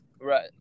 Right